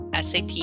SAP